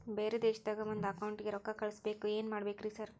ಬ್ಯಾರೆ ದೇಶದಾಗ ಒಂದ್ ಅಕೌಂಟ್ ಗೆ ರೊಕ್ಕಾ ಕಳ್ಸ್ ಬೇಕು ಏನ್ ಮಾಡ್ಬೇಕ್ರಿ ಸರ್?